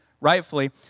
rightfully